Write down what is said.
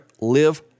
Live